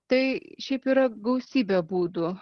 tai šiaip yra gausybė būdų